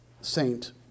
saint